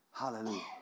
Hallelujah